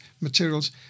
materials